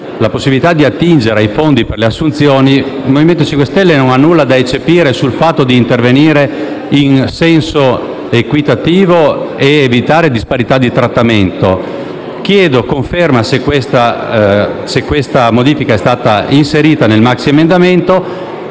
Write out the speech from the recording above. la possibilità di attingere ai fondi per le assunzioni, il Movimento 5 Stelle non ha nulla da eccepire sul fatto d'intervenire in senso equitativo ed evitare disparità di trattamento. Chiedo conferma del fatto che la modifica sia stata inserita nel maxiemendamento.